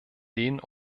den